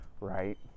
right